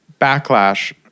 backlash